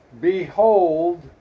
behold